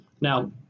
Now